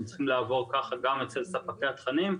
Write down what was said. ה צריכים לעבור כך גם אצל ספקי התכנים.